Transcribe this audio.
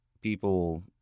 people